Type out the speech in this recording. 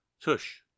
Tush